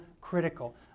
critical